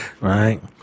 right